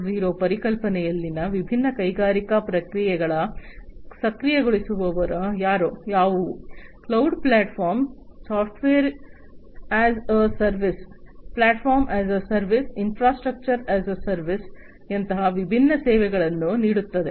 0 ಪರಿಕಲ್ಪನೆಯಲ್ಲಿನ ವಿಭಿನ್ನ ಕೈಗಾರಿಕಾ ಪ್ರಕ್ರಿಯೆಗಳ ಸಕ್ರಿಯಗೊಳಿಸುವವರು ಯಾವುವು cloud platform software as a service platform as a service infrastructure as a service ಯಂತಹ ವಿಭಿನ್ನ ಸೇವೆಗಳನ್ನು ನೀಡುತ್ತದೆ